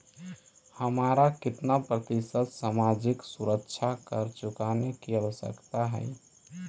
हमारा केतना प्रतिशत सामाजिक सुरक्षा कर चुकाने की आवश्यकता हई